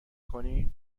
کنین